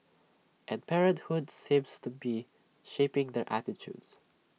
and parenthood seems to be shaping their attitudes